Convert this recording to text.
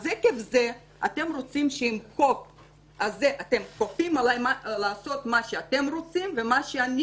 אז עם החוק הזה אתם כופים עליי לעשות מה שאתם רוצים ומה שאני